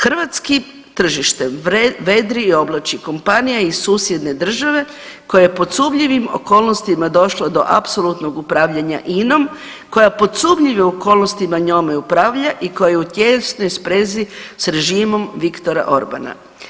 Hrvatski tržište vedri i oblači kompanija iz susjedne države koja je pod sumnjivim okolnostima došla do apsolutnog upravljanja INA-om koja pod sumnjivim okolnostima njome upravlja i koju u tijesnoj sprezi s režimom Viktora Orbana.